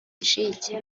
incike